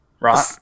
right